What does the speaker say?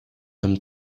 them